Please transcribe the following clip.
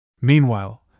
Meanwhile